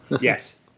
Yes